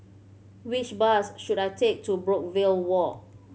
which bus should I take to Brookvale Walk